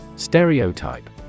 Stereotype